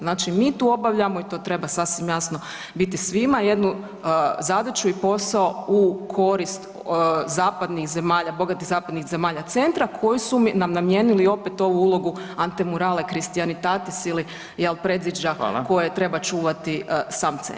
Znači, mi tu obavljamo i to treba sasvim jasno biti svima, jednu zadaću i posao u korist zapadnih zemalja, bogatih zapadnih zemalja centra, koji su nam namijenili opet ovu ulogu antemurale christianitatis ili, predviđa koje [[Upadica: Hvala.]] treba čuvati sam centar.